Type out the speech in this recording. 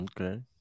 Okay